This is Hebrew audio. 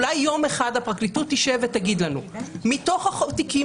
אולי יום אחד הפרקליטות תשב ותגיד לנו שמתוך התיקים